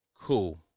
Cool